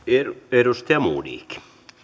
arvoisa